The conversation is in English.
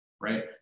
right